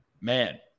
man